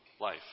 life